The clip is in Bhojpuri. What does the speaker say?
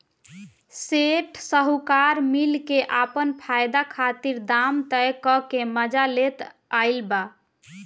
सेठ साहूकार मिल के आपन फायदा खातिर दाम तय क के मजा लेत आइल बा